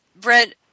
Brent